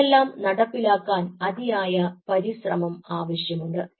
ഇവയെല്ലാം നടപ്പിലാക്കാൻ അതിയായ പരിശ്രമം ആവശ്യമുണ്ട്